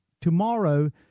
tomorrow